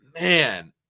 man